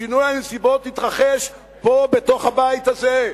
שינוי הנסיבות התרחש פה, בתוך הבית הזה,